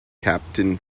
captain